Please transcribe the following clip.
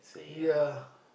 ya